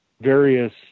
various